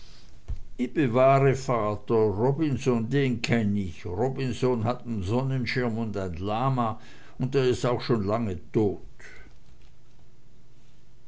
i bewahre vater robinson den kenn ich robinson hat nen sonnenschirm und ein lama un der is auch schon lange dod